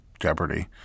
jeopardy